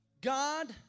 God